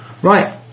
right